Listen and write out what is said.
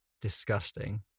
disgusting